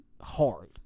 hard